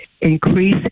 increase